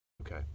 Okay